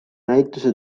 näituse